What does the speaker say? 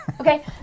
Okay